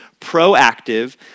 proactive